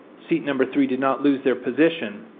seat number three did not lose their position,